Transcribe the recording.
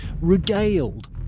regaled